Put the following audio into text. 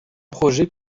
projet